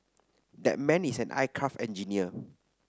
that man is an aircraft engineer